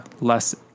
less